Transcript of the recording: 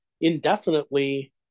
indefinitely